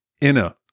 inner